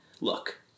Look